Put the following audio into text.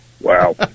Wow